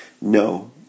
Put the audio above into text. No